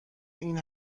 این